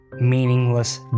Meaningless